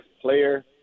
player